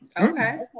Okay